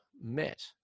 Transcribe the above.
met